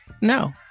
no